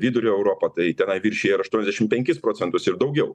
vidurio europą tai tenai viršija ir aštuoniasdešim penkis procentus ir daugiau